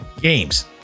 games